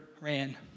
ran